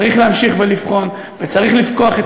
צריך להמשיך לבחון וצריך לפקוח את